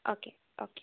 okay okay